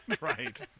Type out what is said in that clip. right